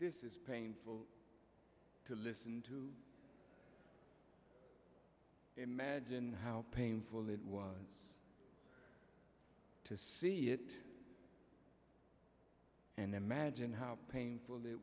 this is painful to listen to imagine how painful it was to see it and imagine how painful it